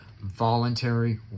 voluntary